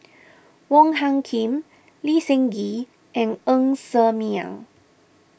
Wong Hung Khim Lee Seng Gee and Ng Ser Miang